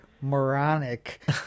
moronic